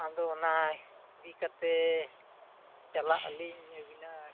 ᱟᱫᱚ ᱚᱱᱟ ᱤᱫᱤ ᱠᱟᱛᱮᱫ ᱪᱟᱞᱟᱜ ᱟᱹᱞᱤᱧ ᱟᱹᱵᱤᱱᱟᱜ